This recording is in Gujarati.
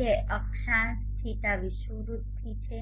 જે અક્ષાંશ ϕ વિષુવવૃત્તથી છે